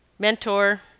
Mentor